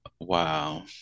wow